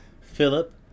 Philip